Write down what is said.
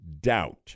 doubt